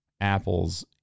apples